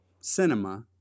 cinema